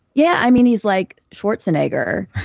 yeah, i mean he's like schwarzenegger.